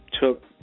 took